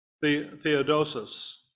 Theodosius